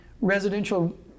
residential